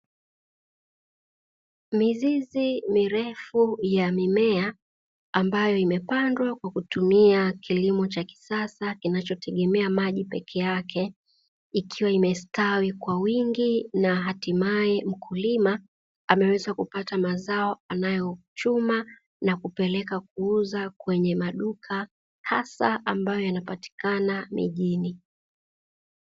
Mizizi mirefu ya mimea, ambayo imepandwa kwa kutumia kilimo cha kisasa, kinachotegemea maji peke yake. Ikiwa imestawi kwa wingi, na hatimaye mkulima ameweza kupata mazao anayochuma na kupeleka kuuza kwenye maduka hasa ambayo yanapatikana mijini."